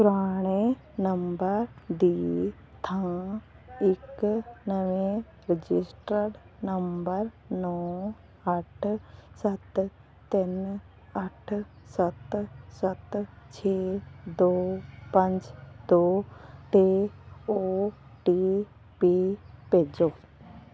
ਪੁਰਾਣੇ ਨੰਬਰ ਦੀ ਥਾਂ ਇੱਕ ਨਵੇਂ ਰਜਿਸਟਰਡ ਨੰਬਰ ਨੌਂ ਅੱਠ ਸੱਤ ਤਿੰਨ ਅੱਠ ਸੱਤ ਸੱਤ ਛੇ ਦੋ ਪੰਜ ਦੋ 'ਤੇ ਓ ਟੀ ਪੀ ਭੇਜੋ